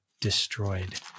destroyed